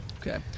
Okay